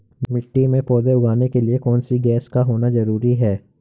मिट्टी में पौधे उगाने के लिए कौन सी गैस का होना जरूरी है?